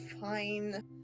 fine